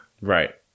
Right